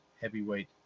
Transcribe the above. heavyweight